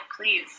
please